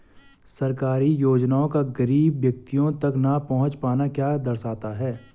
सरकारी योजनाओं का गरीब व्यक्तियों तक न पहुँच पाना क्या दर्शाता है?